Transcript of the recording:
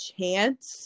chance